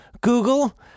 Google